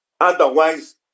Otherwise